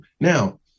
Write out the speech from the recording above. Now